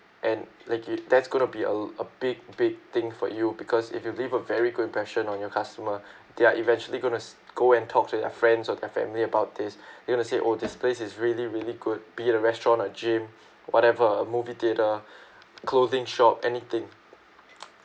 and like it that's gonna be a a big big thing for you because if you leave a very good impression on your customer they're eventually going to go and talk to their friends or their family about this they gonna say oh this place is really really good be it a restaurant or gym whatever movie theater clothing shop anything